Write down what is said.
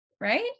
right